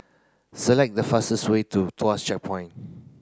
select the fastest way to Tuas Checkpoint